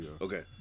Okay